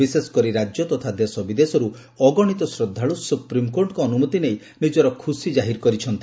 ବିଶେଷକରି ରାକ୍ୟ ତଥା ଦେଶ ବିଦେଶରୁ ଅଗଶିତ ଶ୍ରଦ୍ଧାଳୁ ସୁପ୍ରିମକୋର୍ଟଙ୍କ ଅନୁମତି ନେଇ ନିଜର ଖୁସି ଜାରି କରିଛନ୍ତି